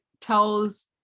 tells